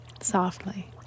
softly